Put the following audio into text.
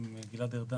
עם גלעד ארדן.